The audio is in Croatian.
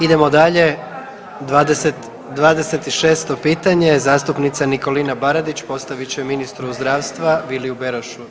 Idemo dalje, 26. pitanje zastupnica Nikolina Baradić postavit će ministru zdravstva Viliju Berošu.